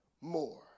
more